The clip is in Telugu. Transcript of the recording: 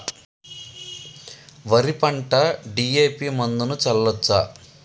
వరి పంట డి.ఎ.పి మందును చల్లచ్చా?